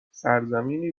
سرزمینی